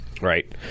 Right